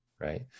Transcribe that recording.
Right